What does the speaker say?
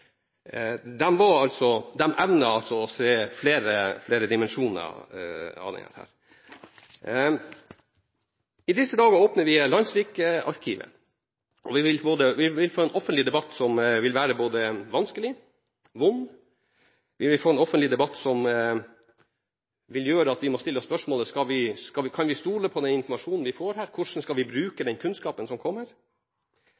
altså å se flere dimensjoner ved dette. I disse dager åpnes Landssvikarkivet, og vi vil få en offentlig debatt som vil bli både vanskelig og vond, og som gjør at vi må stille oss spørsmål om vi kan stole på informasjonen vi får og hvordan vi skal bruke den kunnskapen som kommer.